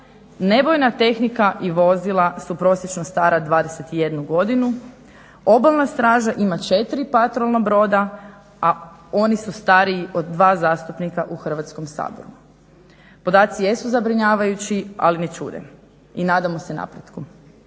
Nevojna tehnika i vozila su prosječno stara 21 godinu. Obalna straža ima 4 patrolna broda, a oni su stariji od dva zastupnika u Hrvatskom saboru. Podaci jesu zabrinjavajući ali ne čude i nadamo se napretku.